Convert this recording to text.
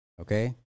Okay